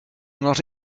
not